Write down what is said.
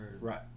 right